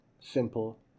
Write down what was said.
simple